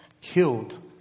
killed